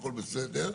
הכול בסדר,